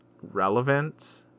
relevant